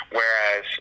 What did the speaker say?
Whereas